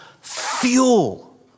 Fuel